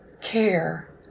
care